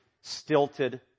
stilted